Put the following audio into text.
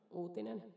uutinen